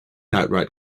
outright